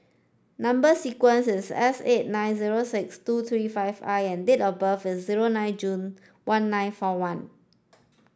number sequence is S eight nine zero six two three five I and date of birth is zero nine June one nine four one